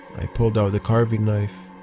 i pulled out the carving knife.